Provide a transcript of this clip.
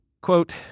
Quote